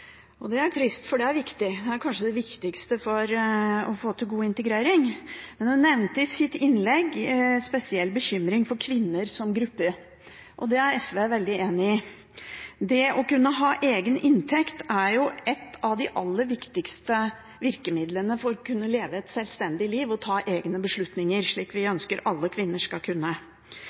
Det er trist, for det er viktig – det er kanskje det viktigste for å få til god integrering. Men hun nevnte i sitt innlegg spesielt bekymring for kvinner som gruppe. Der er SV veldig enige. Det å kunne ha egen inntekt er et av de aller viktigste virkemidlene for å kunne leve et sjølstendig liv og ta egne beslutninger, slik vi ønsker at alle kvinner skal kunne.